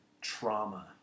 trauma